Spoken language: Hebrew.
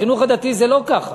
בחינוך הדתי זה לא ככה.